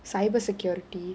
cyber security